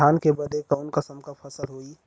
धान के बाद कऊन कसमक फसल होई?